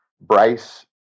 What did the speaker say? Bryce